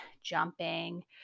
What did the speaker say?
jumping